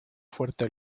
fuerte